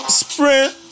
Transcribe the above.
sprint